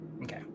Okay